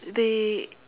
they